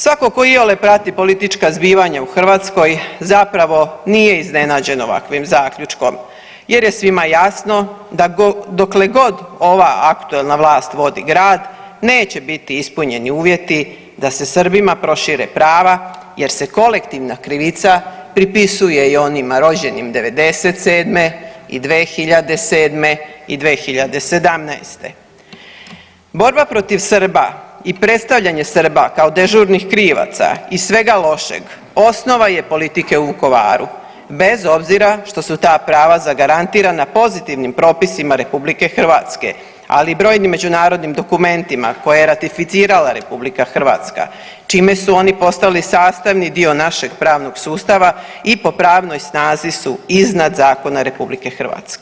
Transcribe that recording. Svako tko iole prati politička zbivanja u Hrvatskoj zapravo nije iznenađen ovakvim zaključkom jer je svima jasno dokle god ova aktualna vlast vodi grad neće biti ispunjeni uvjeti da se Srbima prošire prava jer se kolektivna krivica pripisuje i onima rođenim '97. i 2007. i 2017. ž Borba protiv Srba i predstavljanje Srba kao dežurnih krivaca i svega lošeg osnova je politike u Vukovaru bez obzira što su ta prava zagarantirana pozitivnim propisima RH, ali brojnim međunarodnim dokumentima koje je ratificirala RH čime su oni postali sastavni dio našeg pravnog sustava i po pravnoj snazi su iznad zakona RH.